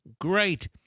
great